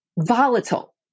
volatile